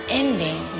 ending